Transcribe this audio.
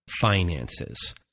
finances